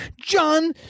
john